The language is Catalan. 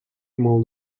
molt